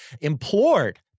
implored